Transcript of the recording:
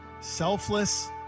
selfless